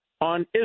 on